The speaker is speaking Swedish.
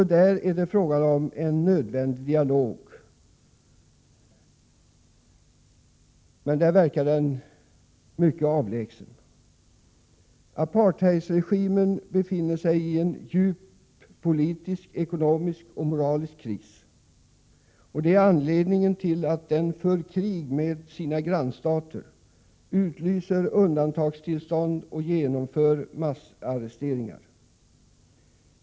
Även där är det fråga om en nödvändig dialog, men där verkar den mycket avlägsen. Apartheidregimen befinner sig i en djup politisk, ekonomisk och moralisk kris, och det är anledningen till att den för krig mot sina grannstater, utlyser undantagstillstånd och genomför massarresteringar.